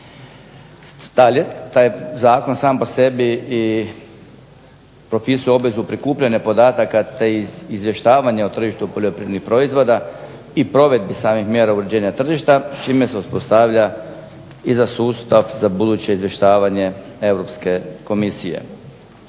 Dalje, taj zakon sam po sebi i propisuje obvezu prikupljanja podataka, te iz izvještavanja o tržištu poljoprivrednih proizvoda, i provedbi samih mjera uređenja tržišta, čime se uspostavlja i za sustav za buduće izvještavanje Europske Komisije.